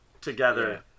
together